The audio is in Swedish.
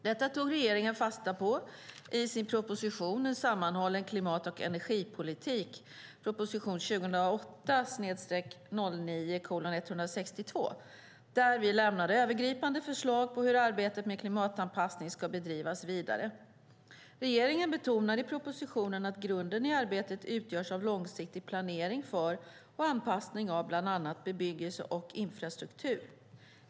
Detta tog regeringen fasta på i sin proposition En sammanhållen klimat och energipolitik , prop. 2008/09:162, där vi lämnade övergripande förslag på hur arbetet med klimatanpassning ska bedrivas vidare. Regeringen betonar i propositionen att grunden i arbetet utgörs av långsiktig planering för och anpassning av bland annat bebyggelse och infrastruktur.